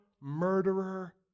murderer